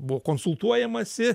buvo konsultuojamasi